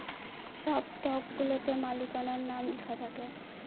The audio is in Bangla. সব স্টকগুলাতে মালিকানার নাম লেখা থাকে